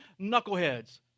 knuckleheads